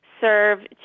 serve